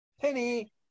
penny